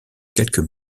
quelques